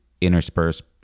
interspersed